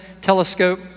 Telescope